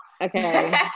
Okay